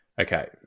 Okay